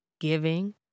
giving